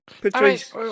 Patrice